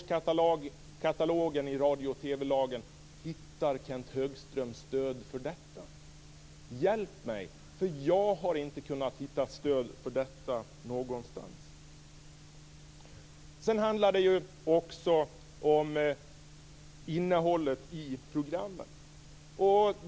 Hjälp mig! Jag har inte hittat något stöd någonstans. Sedan var det frågan om innehållet i programmen.